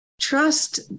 trust